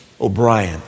O'Brien